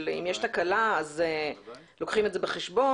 אם יש תקלה אז לוקחים את זה בחשבון.